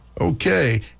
Okay